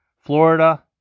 Florida